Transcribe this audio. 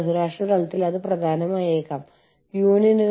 ബഹുരാഷ്ട്ര സംരംഭങ്ങൾ എങ്ങനെയാണ് വികസിക്കുന്നത്